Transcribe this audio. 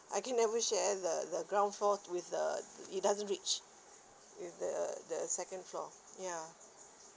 I can't never share the the ground floor with the it doesn't reach with the the second floor ya